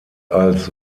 als